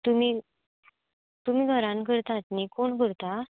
तुमी घरांत करतात नी कोण करता